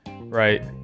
right